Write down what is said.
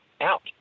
Out